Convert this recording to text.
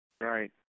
Right